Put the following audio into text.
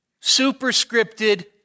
superscripted